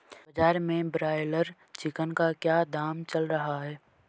बाजार में broiler chicken का क्या दाम चल रहा है?